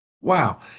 Wow